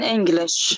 English